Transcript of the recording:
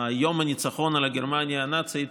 יום הניצחון על גרמניה הנאצית